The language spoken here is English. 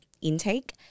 intake